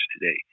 today